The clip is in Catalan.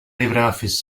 libreoffice